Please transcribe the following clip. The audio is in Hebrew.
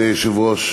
אדוני היושב-ראש,